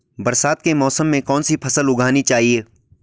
बरसात के मौसम में कौन सी फसल उगानी चाहिए?